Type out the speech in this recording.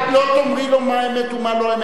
את לא תאמרי לו מה אמת ומה לא אמת.